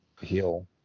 heal